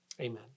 amen